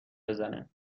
بزنه